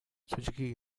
suzuki